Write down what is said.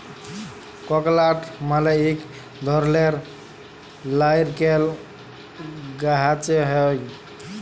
ককলাট মালে ইক ধরলের লাইরকেল গাহাচে হ্যয়